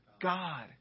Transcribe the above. God